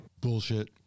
Bullshit